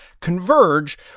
converge